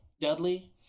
Dudley